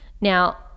Now